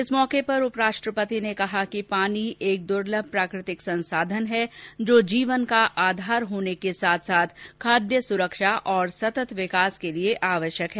इस अवसर पर उपराष्ट्रपति ने कहा कि पानी एक दुर्लभ प्राकृतिक संसाधन है जो जीवन का आधार होने के साथ साथ खाद्य सुरक्षा और सतत विकास के लिए आवश्यक है